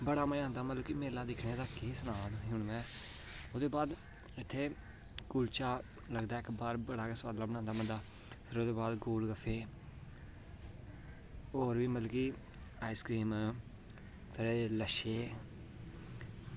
बड़ा मजा आंदा कि मेला दिक्खने दा केह् सनांऽ तुसेंगी में ओह्दे बाद इत्थै कुलचा लगदा बड़ा गै सोआद बनांदा बंदा ते फ्ही ओह्दे बाद गोल गफ्फे होर बी मतलब की आईसक्रीम ते लच्छे